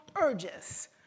urges